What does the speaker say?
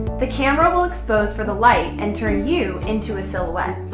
the camera will expose for the light and turn you into a silhouette.